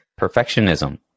perfectionism